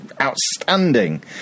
outstanding